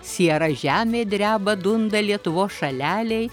siera žemė dreba dunda lietuvos šalelėj